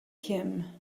him